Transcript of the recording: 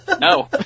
No